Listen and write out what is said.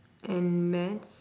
and maths